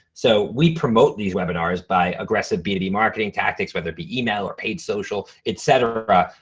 so we promote these webinars by aggressive bd marketing tactics, whether it be email or paid social, et cetera.